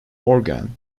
organ